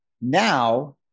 now